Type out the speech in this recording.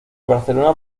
barcelona